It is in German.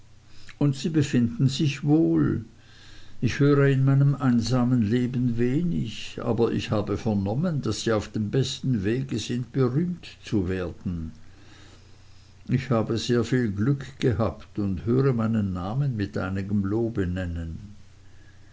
und sie befinden sich wohl ich höre in meinem einsamen leben wenig aber ich habe vernommen daß sie auf dem besten wege sind berühmt zu werden ich habe sehr viel glück gehabt und höre meinen namen mit einigem lobe nennen